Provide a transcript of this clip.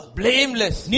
blameless